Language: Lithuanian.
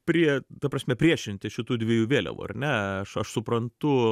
prie ta prasme priešinti šitų dviejų vėliavų ar ne aš aš suprantu